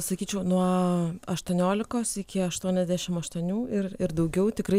sakyčiau nuo aštuoniolikos iki aštuoniasdešim aštuonių ir ir daugiau tikrai